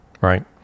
right